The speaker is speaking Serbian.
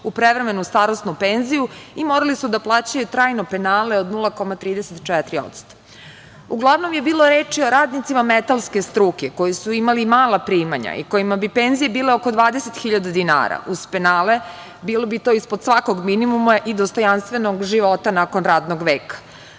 u prevremenu starosnu penziju i morali su da plaćaju trajno penale od 0,34%.Uglavnom je bilo reči o radnicima metalske struke koji su imali mala primanja i kojima bi penzije bile oko 20.000 dinara, uz penale bilo bi to ispod svakog minimuma i dostojanstvenog života nakon radnog veka,